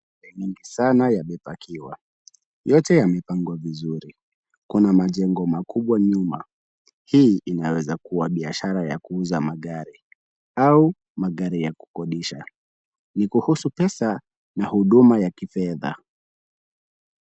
Magari mingi sana yamepackiwa , yote yamepangwa vizuri, kuna majengo makubwa nyuma, hii inaweza kuwa biashara ya kuuza magari au magari ya kukodisha, ni kuhusu pesa na huduma ya kifedha.